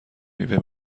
میوه